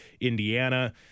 Indiana